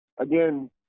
again